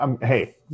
Hey